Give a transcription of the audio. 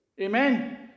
Amen